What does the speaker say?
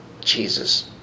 Jesus